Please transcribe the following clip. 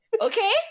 okay